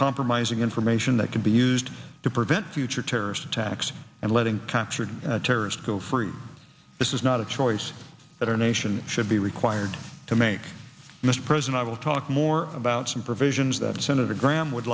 compromising information that can be used to prevent future terrorist attacks and letting captured terrorists go free this is not a choice that our nation should be required to make mr president i will talk more about some provisions that senator graham would